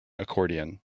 accordion